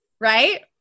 right